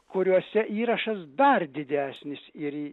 kuriuose įrašas dar didesnis ir